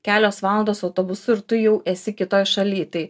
kelios valandos autobusu ir tu jau esi kitoj šaly tai